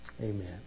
Amen